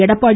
Edappadi